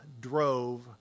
drove